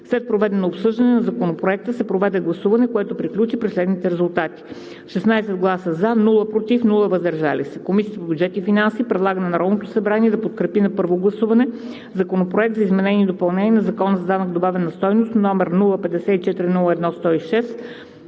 След проведеното обсъждане на Законопроекта се проведе гласуване, което приключи при следните резултати: с 16 гласа „за“, без „против“ и „въздържал се“ Комисията по бюджет и финанси предлага на Народното събрание да подкрепи на първо гласуване Законопроект за изменение и допълнение на Законa за данък върху добавената стойност, № 054-01-106,